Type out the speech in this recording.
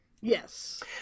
Yes